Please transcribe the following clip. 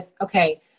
okay